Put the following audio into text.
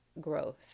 growth